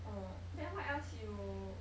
orh then what else you